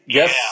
Yes